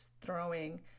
throwing